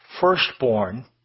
firstborn